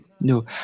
No